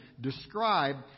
describe